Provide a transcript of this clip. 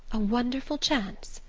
a wonderful chance.